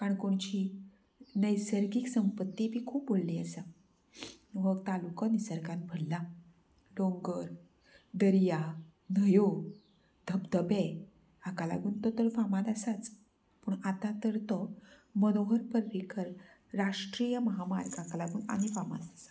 काणकोणची नैसर्गीक संपत्ती बी खूप व्हडली आसा वो तालुको निसर्गान भल्ला डोंगर दर्या न्हंयो धबधबे हाका लागून तो तर फामाद आसाच पूण आतां तर तो मनोहर पर्रेकर राष्ट्रीय महामार्गाक लागून आनी फामाद आसा